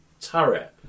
turret